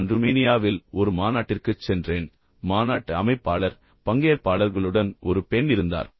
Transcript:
நான் ருமேனியாவில் ஒரு மாநாட்டிற்குச் சென்றேன் மாநாட்டு அமைப்பாளர் பங்கேற்பாளர்களுடன் ஒரு பெண் இருந்தார்